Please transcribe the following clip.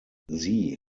sie